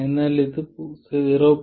എന്നാൽ ഇത് 0